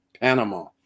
Panama